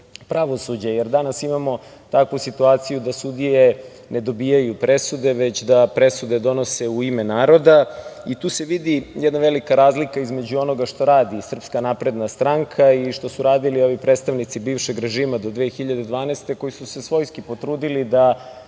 pravosuđa. Danas imamo takvu situaciju da sudije ne dobijaju presude, već da presude donose u ime naroda i tu se vidi velika razlika između onoga šta radi SNS i što su radili ovi predstavnici bivšeg režima do 2012. godine, koji su svojski potrudili da